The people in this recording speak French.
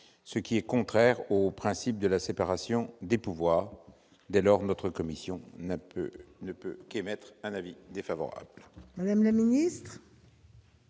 ce qui est contraire au principe de séparation des pouvoirs. Dès lors, notre commission n'a pu émettre qu'un avis défavorable. Quel est